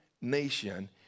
nation